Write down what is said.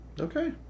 Okay